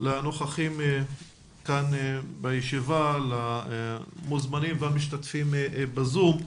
לנוכחים כאן בישיבה, למוזמנים והמשתתפים בזום.